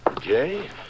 Jay